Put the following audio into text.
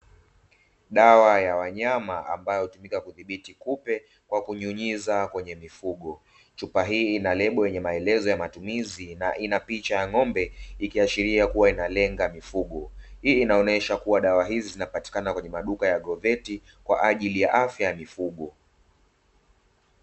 Dawa ya wanyama ambayo ikifika kudhibiti kupe kwa kunyunyiza kwenye mifugo chupa hii ina lebo wenye maelezo ya matumizi na ina picha ya ng'ombe ikiashiria kuwa inalenga mifugo hii inaonyesha kuwa dawa hizi zinapatikana kwenye maduka ya goveti kwa ajili ya afya ya mifugo.